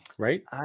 Right